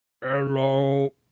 Hello